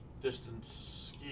distance